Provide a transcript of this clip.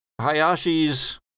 Hayashi's